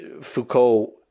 Foucault